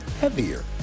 heavier